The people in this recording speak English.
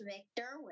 Victor